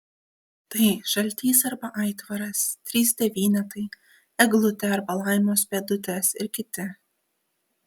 tai žaltys arba aitvaras trys devynetai eglutė arba laimos pėdutės ir kiti